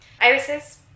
irises